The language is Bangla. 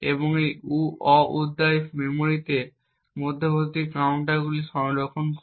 এবং এই অ উদ্বায়ী মেমরিতে মধ্যবর্তী কাউন্টারগুলি সংরক্ষণ করে